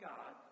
God